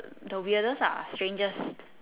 the weirdest lah strangest